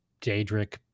Daedric